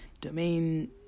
domain